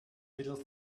little